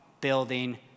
building